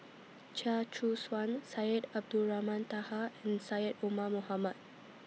Chia Choo Suan Syed Abdulrahman Taha and Syed Omar Mohamed